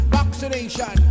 vaccination